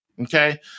Okay